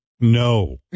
No